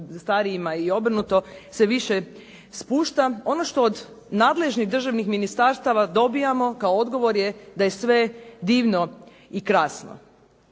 starijima i obrnuto sve više spušta. Ono što od nadležnih državnih ministarstava dobivamo kao odgovor je da je sve divno i krasno.